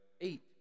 eight